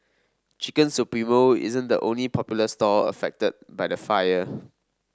Chicken Supremo isn't the only popular stall affected by the fire